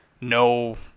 no